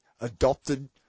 adopted